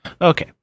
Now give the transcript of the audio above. okay